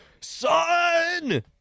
Son